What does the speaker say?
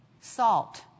Salt